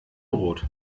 brot